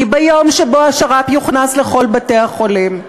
כי ביום שבו השר"פ יוכנס לכל בתי-החולים,